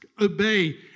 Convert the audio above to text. obey